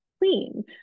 clean